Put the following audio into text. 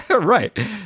Right